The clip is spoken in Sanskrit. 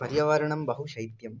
पर्यावरणं बहु शैत्यं